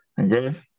Okay